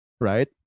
Right